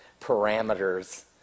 Parameters